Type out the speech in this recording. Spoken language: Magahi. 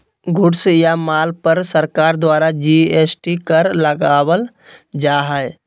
गुड्स या माल पर सरकार द्वारा जी.एस.टी कर लगावल जा हय